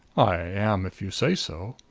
i am if you say so.